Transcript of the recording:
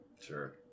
Sure